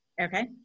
Okay